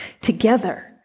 together